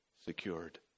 secured